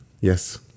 Yes